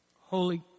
Holy